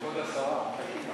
כבוד השרה, מחכים לך.